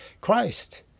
Christ